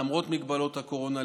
למרות מגבלות הקורונה,